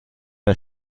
der